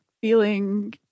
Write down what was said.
feeling